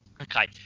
Okay